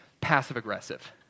passive-aggressive